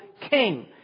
king